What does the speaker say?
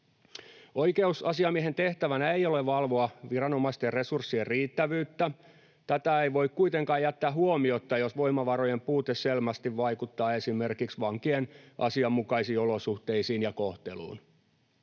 Oikeusasiamiehen tehtävänä ei ole valvoa viranomaisten resurssien riittävyyttä. Tätä ei voi kuitenkaan jättää huomiotta, jos voimavarojen puute selvästi vaikuttaa esimerkiksi vankien asianmukaisiin olosuhteisiin ja kohteluun.”